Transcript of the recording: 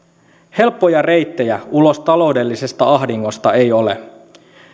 helppoja reittejä ulos taloudellisesta ahdingosta ei ole